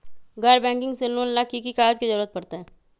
गैर बैंकिंग से लोन ला की की कागज के जरूरत पड़तै?